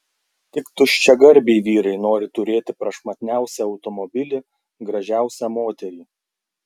tik tuščiagarbiai vyrai nori turėti prašmatniausią automobilį gražiausią moterį